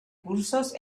cursos